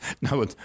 No